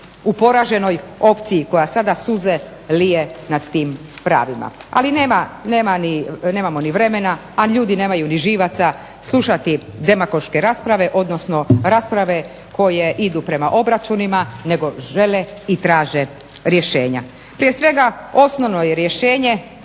u poraženoj opciji koja sada suze lije nad tim pravima. Ali nemamo ni vremena, a ljudi nemaju ni živaca slušati demagoške rasprave odnosno rasprave koje idu prema obračunima nego žele i traže rješenja. Prije svega osnovno je rješenje